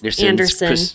Anderson